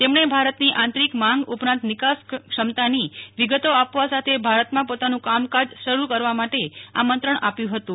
તેમણે ભારતની આંતરિક માંગ ઉપરાંત નિકાસ ક્ષમતાની નિગતો આપવા સાથે ભારતમાં પોતાનું કામકાજ શરૂ કરવા માટે આમંત્રણ આપ્યું હતુ